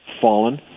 fallen